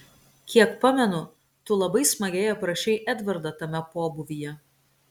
kiek pamenu tu labai smagiai aprašei edvardą tame pobūvyje